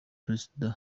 perezida